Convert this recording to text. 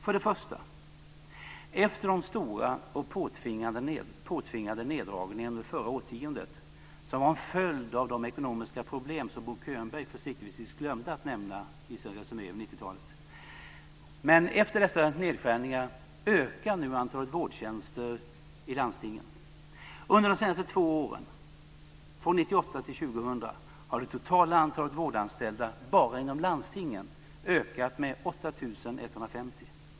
För det första: Efter de stora och påtvingade neddragningarna under förra årtiondet - som var en följd av de ekonomiska problem som Bo Könberg försiktigtvis glömde att nämna - ökar nu antalet vårdtjänster i landstingen. Under de två senaste åren, från 1998 till 2000, har det totala antalet vårdanställda bara inom landstingen ökat med 8 150.